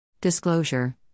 Disclosure